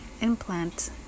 implant